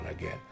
again